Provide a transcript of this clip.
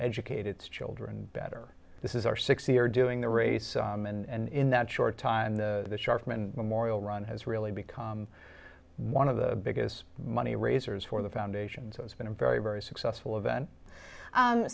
educate its children better this is our six year doing the race and in that short time the sharman memorial run has really become one of the biggest money raisers for the foundation so it's been a very very successful event